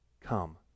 come